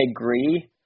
agree